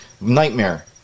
nightmare